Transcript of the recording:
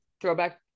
throwback